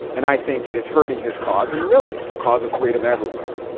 and i think it is hurting his cause and really the cause of freedom everywhere.